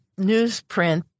newsprint